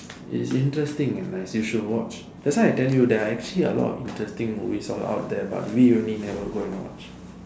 is interesting and nice you should watch that's why I tell you there are actually a lot of interesting movies all out there but we only never go and watch